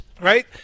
right